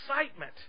excitement